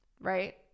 Right